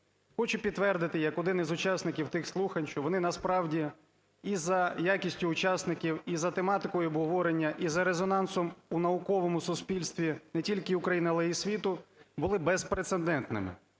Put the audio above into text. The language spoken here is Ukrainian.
Хочу підтвердити, як один із часників тих слухань, що вони насправді і за якістю учасників, і за тематикою обговорення, і за резонансом у науковому суспільстві не тільки України, але і світу були без прецедентними.